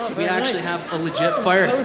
we actually have a legit fire.